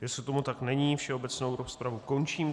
Jestliže tomu tak není, všeobecnou rozpravu končím.